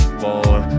more